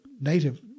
native